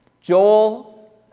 Joel